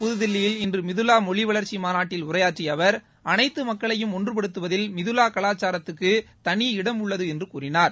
புதுதில்லியில் இன்று மிதுவா மொழி வளர்ச்சி மாநாட்டில் உரையாற்றிய அவர் அனைத்து மக்களையும் ஒன்றுபடுத்துவதில் மிதுலா கலாச்சாரத்துக்கு தனி இடம் உள்ளது என்று கூறினார்